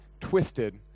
twisted